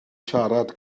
siarad